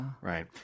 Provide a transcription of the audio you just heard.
right